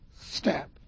step